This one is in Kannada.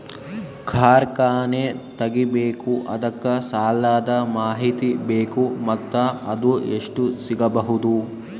ಕಾರ್ಖಾನೆ ತಗಿಬೇಕು ಅದಕ್ಕ ಸಾಲಾದ ಮಾಹಿತಿ ಬೇಕು ಮತ್ತ ಅದು ಎಷ್ಟು ಸಿಗಬಹುದು?